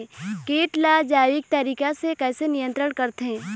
कीट ला जैविक तरीका से कैसे नियंत्रण करथे?